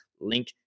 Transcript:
Link